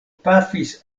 pafis